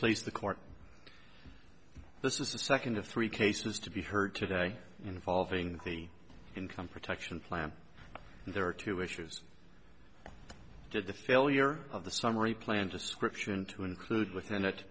place the court this is the second of three cases to be heard today involving the income protection plan and there are two issues did the failure of the summary plan description to include within that